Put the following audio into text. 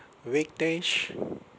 vickdesh